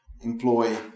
employ